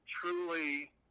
truly